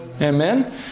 Amen